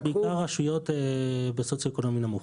בעיקר רשויות בסוציו-אקונומי נמוך.